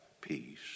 Peace